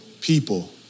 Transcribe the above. people